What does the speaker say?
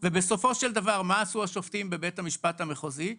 ובסופו של דבר מה עשו השופטים בבית המשפט המחוזי?